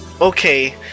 Okay